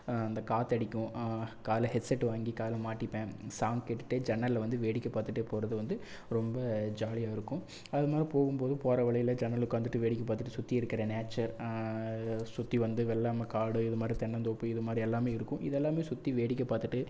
அந்த காத்தடிக்கும் காதில் ஹெட்செட்டு வாங்கி காதில் மாட்டிப்பேன் சாங் கேட்டுகிட்டே ஜன்னலில் வந்து வேடிக்கை பார்த்துட்டே போகிறது வந்து ரொம்ப ஜாலியாயிருக்கும் அது மாதிரி போகும் போது போகிற வழியில் ஜன்னலில் உக்காந்துகிட்டு வேடிக்கை பாத்துகிட்டு சுற்றி இருக்கிற நேச்சர் சுற்றி வந்து வெள்ளாமை காடு இது மாதிரி தென்னந்தோப்பு இது மாதிரி எல்லாம் இருக்கும் இதெல்லாம் சுற்றி வேடிக்கை பாத்துகிட்டு